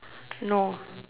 no